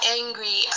angry